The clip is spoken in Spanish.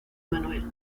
manuel